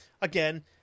again